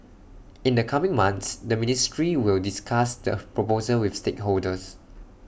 in the coming months the ministry will discuss the proposal with stakeholders